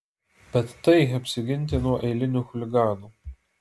bet tai apsiginti nuo eilinių chuliganų